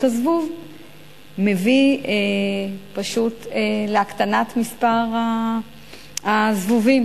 הזבוב מביא פשוט להקטנת מספר הזבובים.